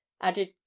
added